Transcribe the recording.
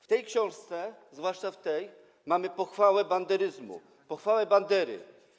W tych książkach, zwłaszcza w tej, mamy pochwałę banderyzmu, pochwałę Bandery.